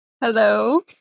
Hello